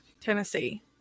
Tennessee